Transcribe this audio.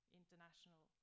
international